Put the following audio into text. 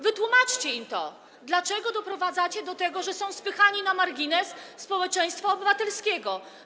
Wytłumaczcie im to, dlaczego doprowadzacie do tego, że są spychani na margines społeczeństwa obywatelskiego.